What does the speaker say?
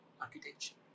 architecture